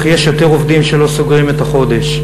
אך יש יותר עובדים שלא סוגרים את החודש.